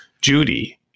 Judy